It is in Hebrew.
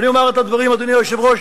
אני אומר את הדברים, אדוני היושב-ראש,